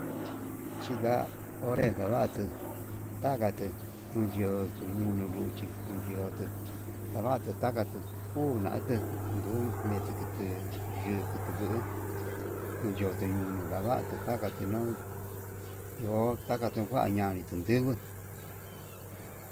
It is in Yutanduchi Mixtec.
Chinda onré ndavatu ndagatuu, nduyuu ninunu luchí, yo'o tuu ndavatu takatu uu naté ndun mekete yukuu nduu, oyote nduku ndava'a ndaktu takate nuu iho takate kuan ña'a vitun ndunguu.